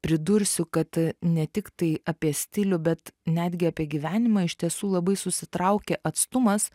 pridursiu kad ne tiktai apie stilių bet netgi apie gyvenimą iš tiesų labai susitraukė atstumas